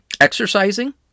exercising